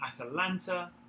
Atalanta